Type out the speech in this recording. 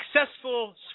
successful